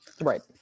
right